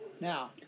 Now